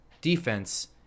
defense